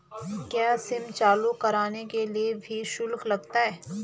क्या सिम चालू कराने के लिए भी शुल्क लगता है?